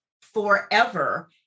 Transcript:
forever